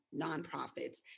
nonprofits